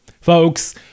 Folks